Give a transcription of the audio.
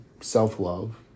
self-love